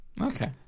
Okay